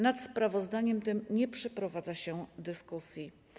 Nad sprawozdaniem tym nie przeprowadza się dyskusji.